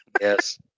Yes